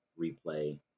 replay